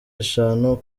eshanu